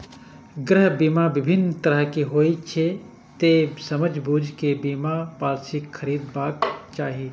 गृह बीमा विभिन्न तरहक होइ छै, तें समझि बूझि कें बीमा पॉलिसी खरीदबाक चाही